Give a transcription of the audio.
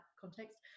context